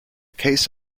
case